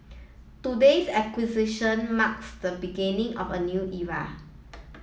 today's acquisition marks the beginning of a new era